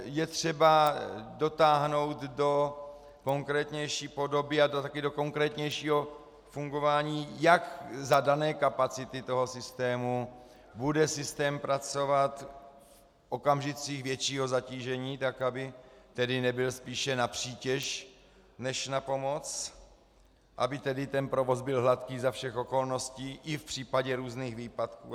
Je třeba dotáhnout do konkrétnější podoby a do konkrétnějšího fungování, jak za dané kapacity toho systému bude systém pracovat v okamžicích většího zatížení, tak aby tedy nebyl spíše na přítěž než na pomoc, aby provoz byl hladký za všech okolností, i v případě různých výpadů atp.